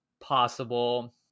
possible